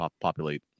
populate